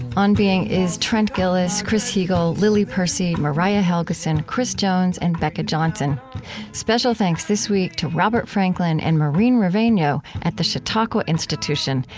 on being is trent gilliss, chris heagle, lily percy, mariah helgeson, chris jones, and bekah johnson special thanks this week to robert franklin and maureen rovegno at chautauqua institution,